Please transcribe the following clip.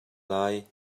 lai